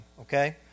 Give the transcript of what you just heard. Okay